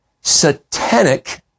satanic